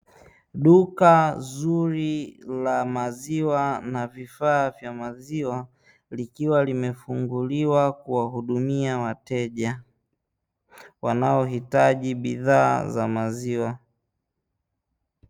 Duka zuri la maziwa na vifaa vya maziwa, likiwa limefunguliwa kuwa hudimia wateja wanaohitaji bidhaa za maziwa.